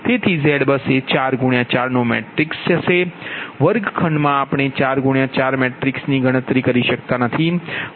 તેથી ZBUS એ 4 4 નો મેટ્રિક્સ હશે કે વર્ગખંડ આપણે 4 4 નો મેટ્રિક્સ કરી શકતા નથી